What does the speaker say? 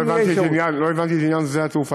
אם יש אפשרות, לא הבנתי את עניין שדה-התעופה.